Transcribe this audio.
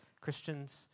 Christians